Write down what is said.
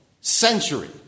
century